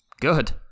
Good